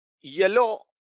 yellow